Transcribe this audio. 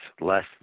less